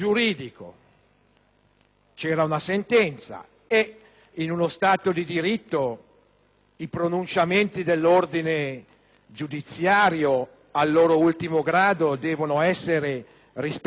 una sentenza e, in uno Stato di diritto, i pronunciamenti dell'ordine giudiziario al loro ultimo grado devono essere rispettati.